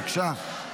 בבקשה.